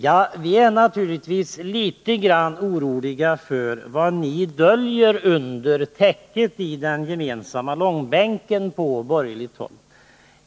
Ja, vi är naturligtvis litet oroliga för vad ni på borgerligt håll döljer under täcket i den gemensamma långbänken.